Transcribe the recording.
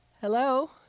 Hello